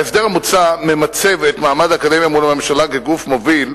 ההסדר המוצע ממצב את מעמד האקדמיה מול הממשלה כגוף מוביל,